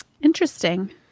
interesting